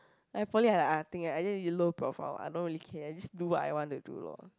like poly like I think I really low profile I don't really care I just do what I wanna do lor